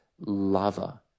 lover